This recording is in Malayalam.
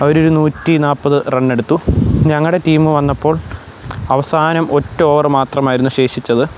അവർ ഒരു നൂറ്റിനാൽപ്പത് റൺ എടുത്തു ഞങ്ങളുടെ ടീം വന്നപ്പോൾ അവസാനം ഒറ്റ ഓവർ മാത്രമായിരുന്നു ശേഷിച്ചത്